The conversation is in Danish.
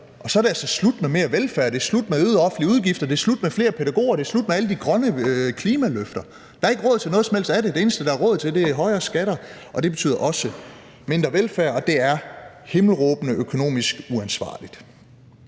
og så er det altså slut med mere velfærd, det er slut med øgede offentlige udgifter, det er slut med flere pædagoger, og det er slut med alle de grønne klimaløfter. Der er ikke råd til noget som helst af det. Det eneste, der er råd til, er højere skatter, og det betyder også mindre velfærd, og det er himmelråbende økonomisk uansvarligt.